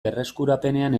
berreskurapenean